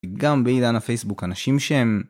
גם בעידן הפייסבוק, אנשים שהם...